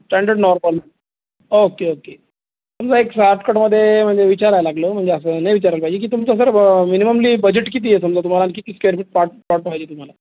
standard normal okay okay समजा एक शार्टकटमध्ये म्हणजे विचारायला लागलो म्हणजे असं नाही विचारायला पाहिजे की तुमचा सर ब मिनिममली बजेट किती आहे समजा तुम्हाला किती स्क्वेअर फीट पॉट पॉट पाहिजे तुम्हाला